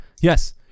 yes